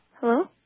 Hello